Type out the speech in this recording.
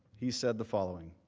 he said the following,